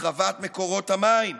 החרבת מקורות המים,